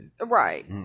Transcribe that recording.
Right